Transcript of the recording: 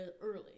early